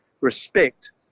respect